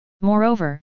Moreover